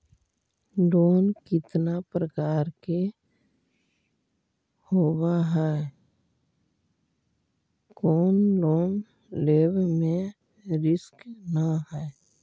Loan कितना प्रकार के होबा है कोन लोन लेब में रिस्क न है?